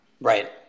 Right